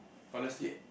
honestly